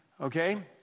Okay